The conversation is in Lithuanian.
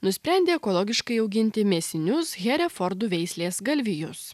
nusprendė ekologiškai auginti mėsinius herefordų veislės galvijus